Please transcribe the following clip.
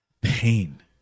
Pain